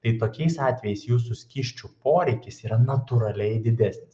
tai tokiais atvejais jūsų skysčių poreikis yra natūraliai didesnis